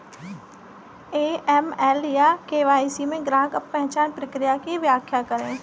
AML या KYC में ग्राहक पहचान प्रक्रिया की व्याख्या करें?